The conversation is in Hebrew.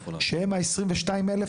שהם ה-22,000?